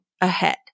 ahead